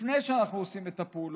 לפני שאנחנו עושים את הפעולות,